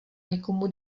někomu